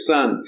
Son